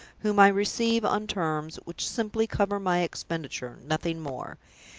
whom i receive on terms which simply cover my expenditure nothing more.